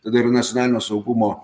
tada ir nacionalinio saugumo